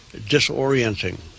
disorienting